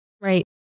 Right